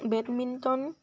badminton